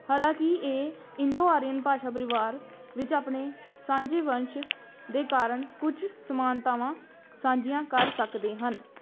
ਹਾਲਾਂਕਿ ਇਹ Indo Aryan ਭਾਸ਼ਾ ਪਰਿਵਾਰ ਵਿੱਚ ਆਪਣੇ ਸਾਂਝੇ ਵੰਸ਼ ਦੇ ਕਾਰਨ ਕੁਝ ਸਮਾਨਤਾਵਾਂ ਸਾਂਝੀਆਂ ਕਰ ਸਕਦੇ ਹਨ